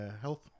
health